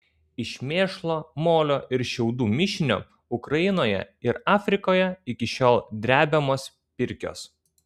iš mėšlo molio ir šiaudų mišinio ukrainoje ir afrikoje iki šiol drebiamos pirkios